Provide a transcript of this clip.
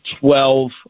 twelve